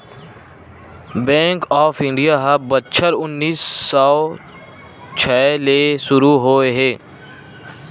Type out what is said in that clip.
bank of India ह बछर उन्नीस सौ छै ले सुरू होए हे